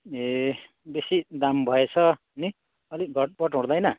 ए बेसी दाम भएछ नि अलिक घटबढ हुँदैन